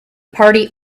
party